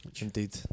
Indeed